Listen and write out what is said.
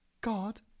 God